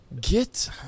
Get